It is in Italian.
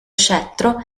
scettro